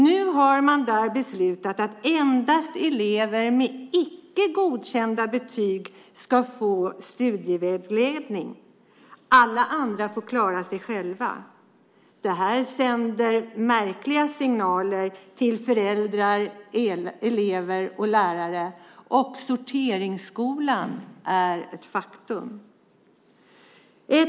Nu har skolan beslutat att endast elever med icke godkända betyg ska få studievägledning. Alla andra får klara sig själva. Det sänder märkliga signaler till föräldrar, elever och lärare. Sorteringsskolan är ett faktum.